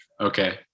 Okay